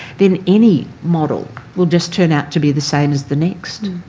then any model will just turn out to be the same as the next.